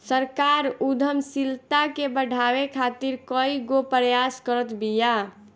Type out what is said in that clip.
सरकार उद्यमशीलता के बढ़ावे खातीर कईगो प्रयास करत बिया